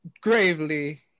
gravely